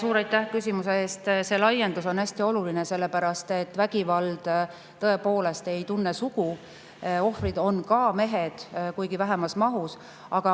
Suur aitäh küsimuse eest! See laiendus on hästi oluline, sellepärast et vägivald tõepoolest ei tunne sugu. Ohvrid on ka mehed, kuigi vähemas mahus. Aga